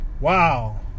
Wow